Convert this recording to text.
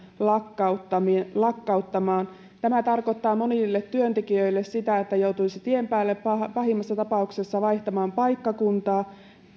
lakkauttamaan tämä tarkoittaa monille työntekijöille sitä että joutuisi tien päälle pahimmassa tapauksessa vaihtamaan paikkakuntaa